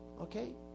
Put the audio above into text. Okay